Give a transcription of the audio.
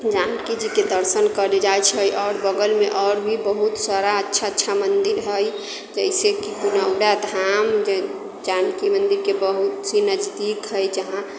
जानकी जी के दर्शन करै जाइत छै आओर बगलमे आओर भी बहुत सारा अच्छा अच्छा मन्दिर हइ जइसे कि पुनौराधाम जानकी मन्दिरके बहुत ही नजदीक हइ जहाँ